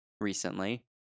recently